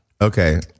okay